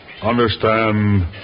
Understand